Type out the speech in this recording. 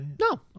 No